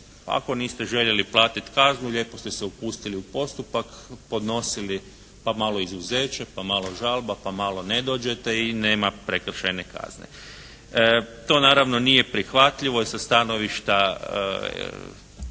ako niste željeli platiti kaznu lijepo ste se upustili u postupak, podnosili pa malo izuzeće, pa malo žalba, pa malo ne dođete i nema prekršajne kazne. To naravno nije prihvatljivo jer sa stanovišta